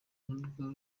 narwo